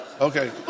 Okay